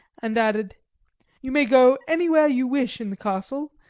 and added you may go anywhere you wish in the castle,